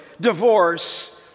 divorce